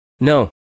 No